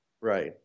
Right